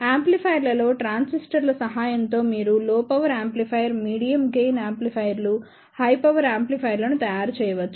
యాంప్లిఫైయర్లలో ట్రాన్సిస్టర్ల సహాయంతో మీరు low power amplifier medium gain యాంప్లిఫైయర్లు హై పవర్ యాంప్లిఫైయర్లను తయారు చేయవచ్చు